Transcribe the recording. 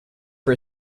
for